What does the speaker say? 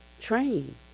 train